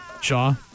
Shaw